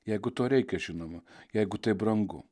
jeigu to reikia žinoma jeigu tai brangu